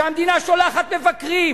שהמדינה שולחת מבקרים